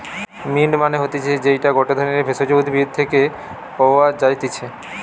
mint মানে হতিছে যেইটা গটে ধরণের ভেষজ উদ্ভিদ থেকে পাওয় যাই্তিছে